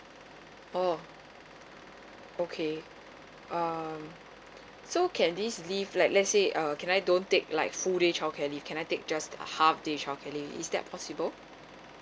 oh okay um so can this leave like lets say err can I don't take like full day childcare leave can I take just half day childcare leave is that possible